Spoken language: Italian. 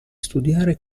studiare